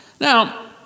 Now